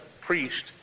priest